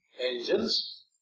engines